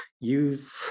use